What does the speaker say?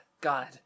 God